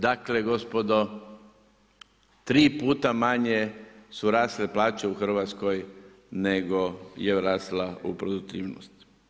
Dakle gospodo, 3 puta manje su rasle plaće u Hrvatskoj nego je rasla u produktivnost.